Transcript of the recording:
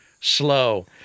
slow